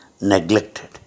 neglected